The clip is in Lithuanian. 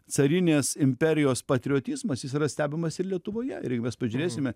carinės imperijos patriotizmas jis yra stebimas ir lietuvoje ir jeigu mes pažiūrėsime